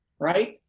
right